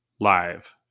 live